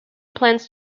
plans